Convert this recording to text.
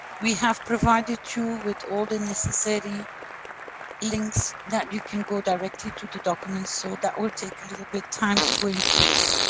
we have provided you with all the necessary links, that you can go directly to the document, so that will take a little bit time to go in place.